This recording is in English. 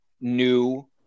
new